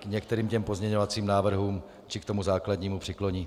k některým pozměňovacím návrhům či k tomu základnímu přikloní.